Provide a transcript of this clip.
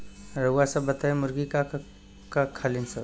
रउआ सभ बताई मुर्गी का का खालीन सब?